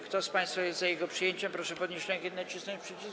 Kto z państwa jest za jego przyjęciem, proszę podnieść rękę i nacisnąć przycisk.